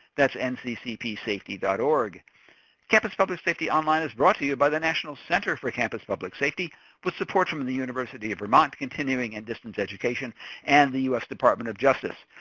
that's nccpsafety dot org campus public safety online is brought to you by the national center for campus public safety with support from the the university of vermont continuing and distance education and the us department of justice.